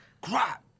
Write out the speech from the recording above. crap